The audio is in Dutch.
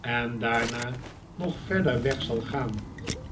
en daarna nog verder weg zal gaan